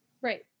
Right